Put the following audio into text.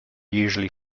usually